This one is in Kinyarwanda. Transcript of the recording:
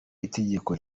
itegeko